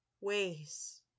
ways